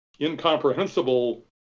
incomprehensible